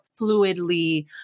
fluidly